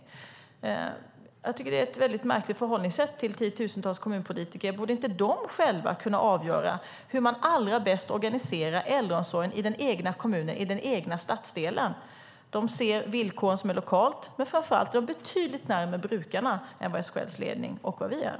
Jag tycker att det är ett väldigt märkligt förhållningssätt till tiotusentals kommunpolitiker. Borde de inte själva kunna avgöra hur de allra bäst organiserar äldreomsorgen i den egna kommunen eller egna stadsdelen? De ser villkoren lokalt, men framför allt är de betydligt närmare brukarna än vad vi och SKL:s ledning är.